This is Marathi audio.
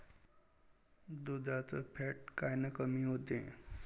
दुधाचं फॅट कायनं कमी होते?